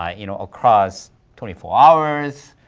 ah you know across twenty four hours,